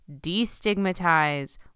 destigmatize